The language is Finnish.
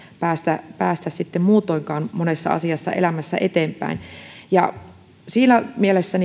päästä päästä muutoinkaan monessa asiassa elämässä eteenpäin siinä mielessä